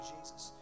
Jesus